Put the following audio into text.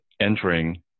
entering